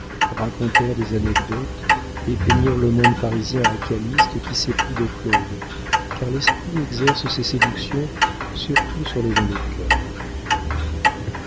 racontèrent des anecdotes et peignirent le monde parisien à calyste qui s'éprit de claude car l'esprit exerce ses séductions surtout sur les gens de cœur